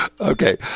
Okay